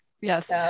Yes